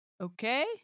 Okay